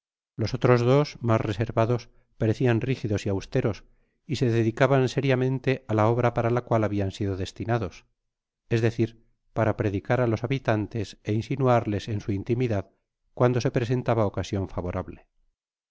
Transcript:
los otros dos mas reservados parecian rigl dos y austeros y se dedicaban seriamente á la obra para la cual habian sido destinados es decir pata predicar a los habitantes é insinuarles en su intimidad cuando se presentaba ocasion favorable